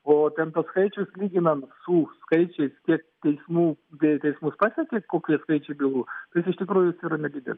o ten tuos skaičius lyginam su skaičiais kiek teismų teismus pasiekė kokie skaičiai bylų tai jis iš tikrųjų jis yra nedidelis